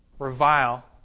revile